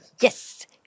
Yes